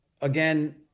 again